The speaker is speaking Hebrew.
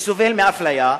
וסובל מאפליה.